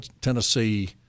Tennessee